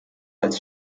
als